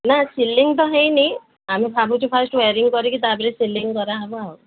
ନା ସିଲିଂ ତ ହୋଇନି ଆମେ ଭାବୁଛୁ ଫାଷ୍ଟ ୱାରିଂ କରିକି ତାପରେ ସିଲିଂ କରାହେବ ଆଉ